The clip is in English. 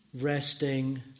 resting